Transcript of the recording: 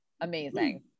amazing